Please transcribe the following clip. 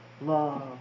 love